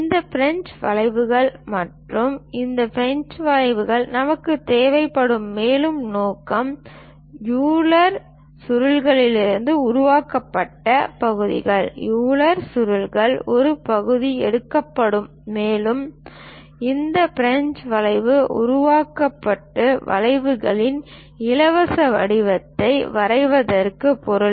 இந்த பிரஞ்சு வளைவுகள் மற்றும் இந்த பிரஞ்சு வளைவுகள் நமக்கு தேவைப்படும் மேலும் நோக்கம் யூலர் சுருள்களிலிருந்து உருவாக்கப்பட்ட பகுதிகள் யூலர் சுழல் ஒரு பகுதி எடுக்கப்படும் மேலும் இந்த பிரஞ்சு வளைவு உருவாக்கப்பட்டு வளைவுகளின் இலவச வடிவத்தை வரைவதற்கு பொருள்